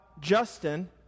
Justin